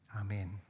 Amen